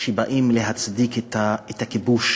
שבאים להצדיק את הכיבוש,